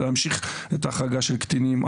ולהמשיך את ההחרגה של קטינים,